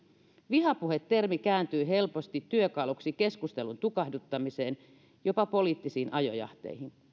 vihapuhe termi kääntyy helposti työkaluksi keskustelun tukahduttamiseen jopa poliittisiin ajojahteihin